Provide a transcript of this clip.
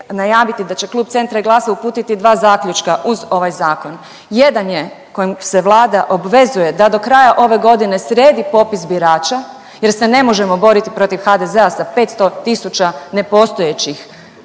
najaviti da će Klub Centra i Glasa uputiti dva zaključka uz ovaj zakon. Jedan je kojim se Vlada obvezuje da do kraja ove godine sredi popis birača, jer se ne možemo boriti protiv HDZ-a sa 500 tisuća nepostojećih